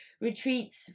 retreats